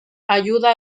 ayuda